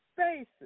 spaces